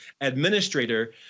administrator